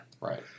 Right